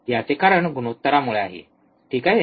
याचे कारण गुणोत्तरामुळे ठीक आहे